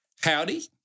howdy